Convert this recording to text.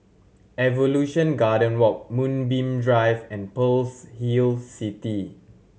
Evolution Garden Walk Moonbeam Drive and Pearl's Hill City